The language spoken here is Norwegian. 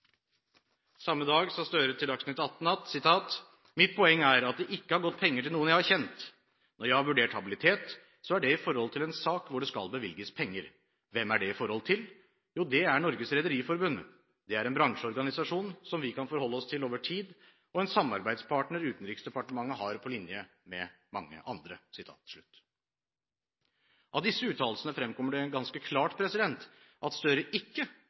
Samme dag sa Gahr Støre til Dagsnytt 18: «Mitt poeng er at det ikke har gått penger til noen jeg har kjent. Når jeg har vurdert habilitet, så er det i forhold til en sak hvor det skal bevilges penger. Hvem er det i forhold til? Jo, det er Norges Rederiforbund. Det er en bransjeorganisasjon som vi kan forholde oss til over tid, og en samarbeidspartner Utenriksdepartementet har på linje med mange andre.» Av disse uttalelsene fremkommer det ganske klart at Gahr Støre ikke